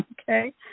okay